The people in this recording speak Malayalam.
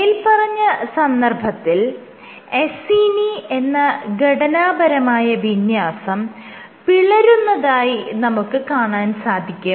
മേല്പറഞ്ഞ സന്ദർഭത്തിൽ അസീനി എന്ന ഘടനാപരമായ വിന്യാസം പിളരുന്നതായി നമുക്ക് കാണാൻ സാധിക്കും